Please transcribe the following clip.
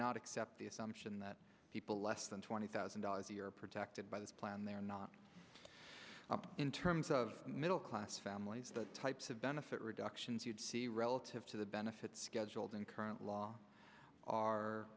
not accept the assumption that people less than twenty thousand dollars a year are protected by this plan they're not in terms of middle class families the types of benefit reductions you'd see relative to the benefits schedules and